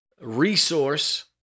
resource